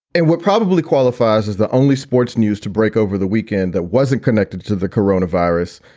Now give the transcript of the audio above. and what probably qualifies as the only sports news to break over the weekend that wasn't connected to the corona virus.